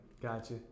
Gotcha